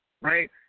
right